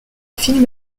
film